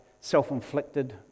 self-inflicted